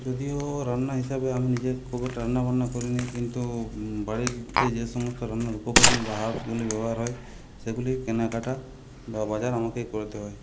যদিও রান্না হিসাবে আমি নিজে খুব একটা রান্না বান্না করিনি কিন্তু বাড়িতে যে সমস্ত রান্নার উপকরণ বা হার্বসগুলি ব্যবহার হয় সেগুলি কেনাকাটা বা বাজার আমাকেই করতে হয়